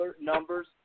Numbers